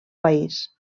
país